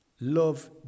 love